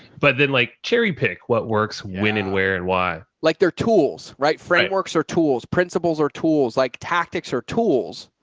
but then like cherry pick what works when and where and like they're tools, right? frameworks are tools, principles are tools like tactics or tools.